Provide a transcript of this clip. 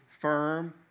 Firm